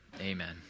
Amen